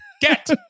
Get